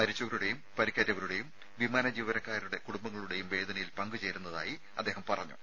മരിച്ചവരുടെയും പരിക്കേറ്റവരുടെയും വിമാന ജീവനക്കാരുടെ കുടുംബങ്ങളുടെയും വേദനയിൽ പങ്ക് ചേരുന്നതായി അദ്ദേഹം പറഞ്ഞു